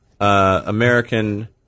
American